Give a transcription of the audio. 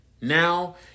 Now